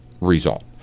result